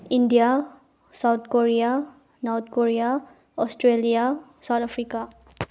India South Korea North Korea Australia South Africa